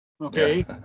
okay